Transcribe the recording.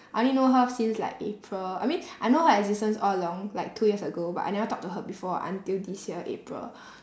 I only know her since like april I mean I know her existence all along like two years ago but I never talk to her before until this year april